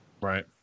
Right